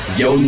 yo